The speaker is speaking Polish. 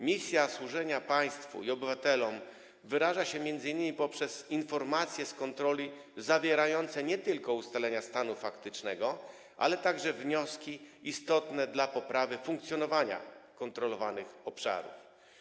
Misja służenia państwu i obywatelom wyraża się m.in. poprzez informacje z kontroli zawierające nie tylko ustalenia stanu faktycznego, ale również wnioski istotne dla poprawy funkcjonowania kontrolowanych obszarów.